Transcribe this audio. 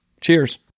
Cheers